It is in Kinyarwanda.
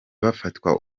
bafatwa